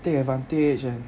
take advantage and